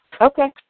Okay